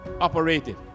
Operated